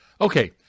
Okay